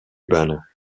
banner